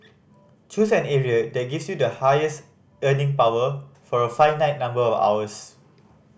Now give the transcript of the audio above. choose an area that gives you the highest earning power for a finite number of hours